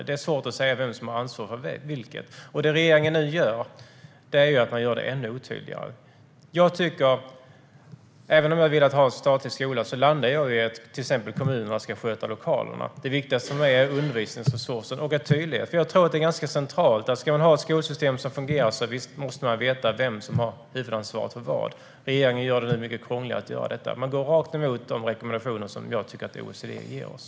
Det är svårt att säga vem som har ansvar för vad. Nu gör regeringen det ännu otydligare. Även om jag hade velat ha statlig skola landar jag i att kommunerna till exempel ska sköta lokalerna. Det viktigaste för mig är undervisningsresursen och en tydlighet. Jag tror att det är ganska centralt: Ska man ha ett skolsystem som fungerar måste man veta vem som har huvudansvaret för vad. Regeringen gör nu detta mycket krångligare och går rakt emot de rekommendationer som jag tycker att OECD ger oss.